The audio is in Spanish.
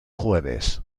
jueves